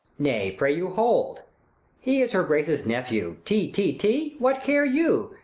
nay, pray you, hold he is her grace's nephew, ti, ti, ti? what care you?